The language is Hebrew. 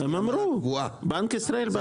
בנק ישראל.